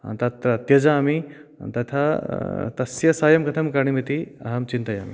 तत्र त्यजामि तथा तस्य साहाय्यं कथं करणीयम् इति अहं चिन्तयामि